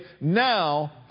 now